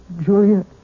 Julia